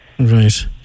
Right